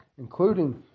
including